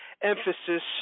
emphasis